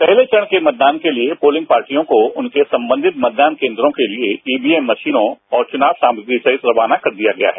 पहले चरण के मतदान के लिए पोलिंग पार्टियों को उनके संबंधित मतदान केन्द्रों के लिए ईवीएम मशीनों और चुनाव सामग्रियों सहित रवाना कर दिया गया है